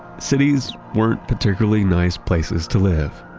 cities weren't particularly nice places to live.